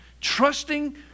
Trusting